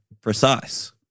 precise